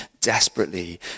desperately